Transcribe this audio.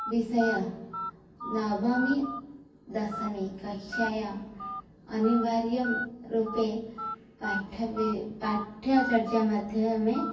विषयः नवमी दशमीकक्षायाम् अनिवार्यं रूपे पाठव्य पाठ्यचर्चामाध्यमे